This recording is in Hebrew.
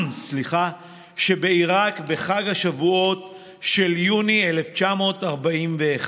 שבעיראק בחג השבועות של יוני 1941,